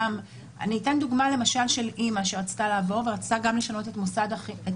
אתן דוגמה של אמא שרצתה לעבור ורצתה לשנות גם את מוסד החינוך.